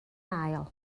ail